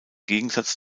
gegensatz